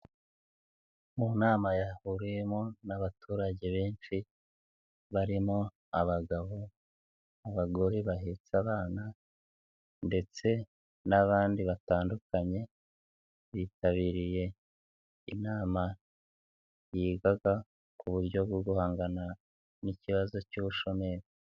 Mu nama yahuriyemo n'abaturage benshi barimo abagabo n'abagore bahetse abana ndetse n'abandi batandukanye bitabiriye inama yigaga ku buryo bwo guhangana n'ikibazo cy'ubushomeri.